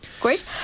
great